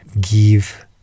Give